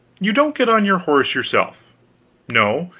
you don't get on your horse yourself no,